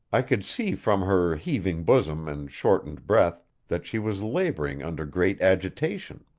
i could see from her heaving bosom and shortened breath that she was laboring under great agitation.